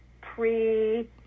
pre